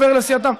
עובר לעשייתם,